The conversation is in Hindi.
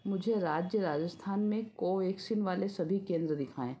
मुझे राज्य राजस्थान में कोवैक्सीन वाले सभी केंद्र दिखाएँ